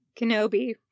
Kenobi